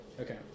Okay